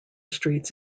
streets